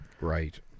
Right